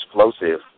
explosive